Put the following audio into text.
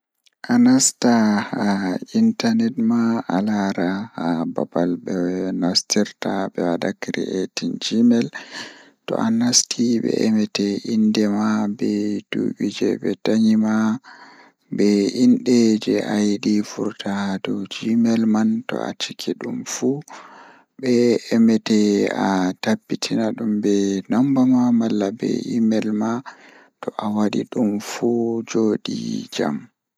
Anasta haa intanet ma alaara So aɗa waawi heddude email ngal, naatude website ɗum. Hokka tawa tawa e hoore sabu register. Naatude hoore ngondi ngam jeyde ko email ngal. Njiɗi kafo ngam wi'aade password ngal. Naatude goɗɗum tiiɗo ngam woɗnde hoore ngondol ngal. Jooni aɗa waawi